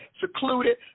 secluded